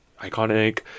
iconic